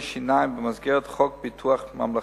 שיניים במסגרת חוק ביטוח בריאות ממלכתי.